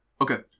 Okay